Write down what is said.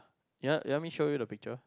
you want you want me show you the picture